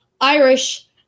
Irish